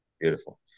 beautiful